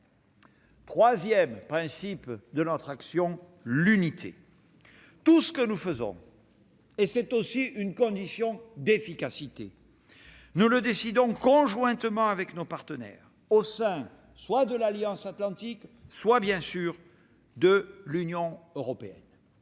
Troisième principe de notre action, l'unité. Tout ce que nous faisons- c'est une condition d'efficacité -, nous le décidons conjointement avec nos partenaires au sein de l'Alliance atlantique comme de l'Union européenne.